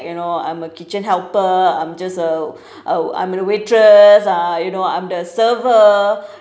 you know I'm a kitchen helper I'm just a uh I'm the waitress uh you know I'm the server